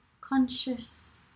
conscious